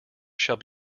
shall